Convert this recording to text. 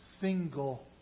single